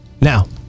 Now